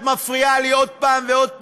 את מפריעה לי עוד פעם ועוד פעם.